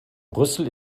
brüssel